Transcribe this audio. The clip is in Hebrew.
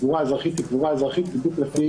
קבורה אזרחית היא קבורה אזרחית בדיוק לפי